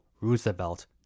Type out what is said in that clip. Roosevelt